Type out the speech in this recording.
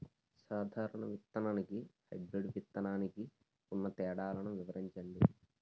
సాధారణ విత్తననికి, హైబ్రిడ్ విత్తనానికి ఉన్న తేడాలను వివరించండి?